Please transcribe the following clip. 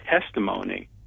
testimony